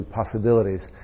possibilities